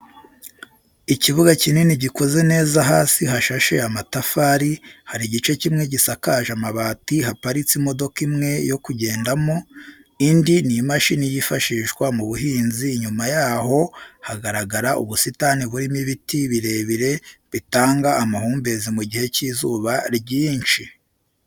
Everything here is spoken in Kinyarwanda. Ikibuga kinini gikoze neza hasi hashashe amatafari, hari igice kimwe gisakaje amabati haparitse imodoka imwe yokugendamo indi ni imashini yifashishwa mu buhinzi inyuma yaho hagaragara ubusitani burimo ibiti birebire bitanga amahumbezi mu gihe cy'izuba ryinshi.